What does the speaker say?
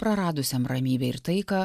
praradusiam ramybę ir taiką